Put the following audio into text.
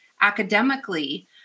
academically